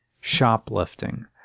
shoplifting